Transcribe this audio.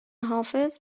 حافظ